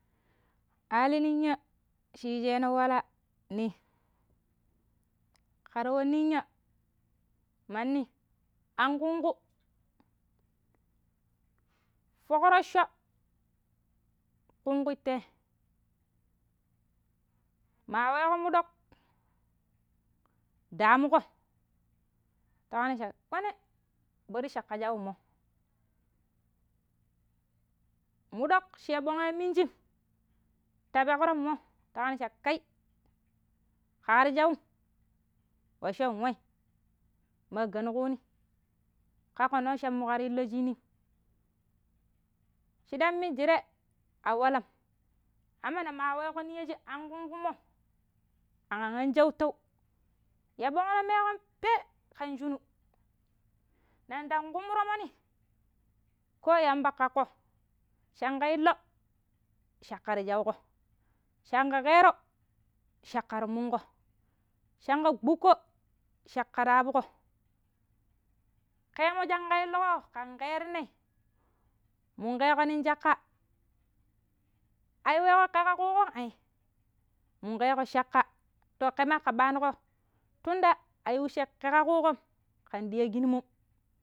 Alin ninya̱ shi yiijeeno̱ wala ni ƙera wa ninya manni an o̱ungunƙu, fo̱ƙro̱cco̱ ƙungƙui te maa weeƙo muɗoƙ danmuƙo ta ƙabaami cha, wene shero̱ caƙƙa shawu mo̱, muɗoƙ shi yabongi a mimijim ta pekro̱ mo̱ ta ƙabaani cha, kai, ƙe ƙar shawum wacco̱n we, ma gano ƙuuni ƙaƙƙo no̱ng cha mu ƙar illo̱ shiinim, shiɗam minjire a walam, peneng ne maa weeƙo ninya̱ shi an ƙungƙu mo̱ ƙan an sho̱uta̱u yaɓongno̱ meeƙƙo pe ƙan shinu nen ndam ƙumu to̱mo̱ni ko yamba ƙaƙƙo shanƙa illo̱ caƙƙa ta chauƙo shomƙa ƙeero̱ caƙƙa ta mungƙo shanƙa gbukko caƙƙa ta abƙo ƙe mo̱ shi ke illuƙo ƙen ƙeerinai, mun ƙeeƙo no̱ng caƙƙa a yu weeƙo ƙe ƙa ƙuuƙom ai, munƙeeƙo caƙƙa to, ƙe maa ƙe ɓaanuƙo tunda a yu wecce ƙe ƙa ƙuuƙom kan dei yiggimo̱.